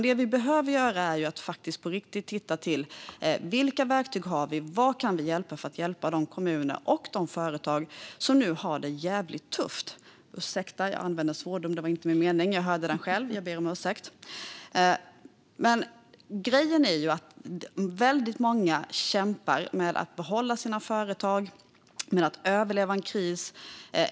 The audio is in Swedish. Det vi behöver göra är att på riktigt titta på vilka verktyg vi har och vad vi kan göra för att hjälpa de kommuner och de företag som nu har det jävligt tufft. Ursäkta att jag använde en svordom! Det var inte min mening. Jag hörde det själv, och jag ber om ursäkt. Grejen är att väldigt många kämpar med att behålla sina företag och med att överleva en kris.